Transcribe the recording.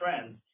trends